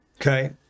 Okay